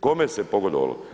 Kome se pogodovalo?